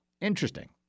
Interesting